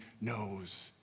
knows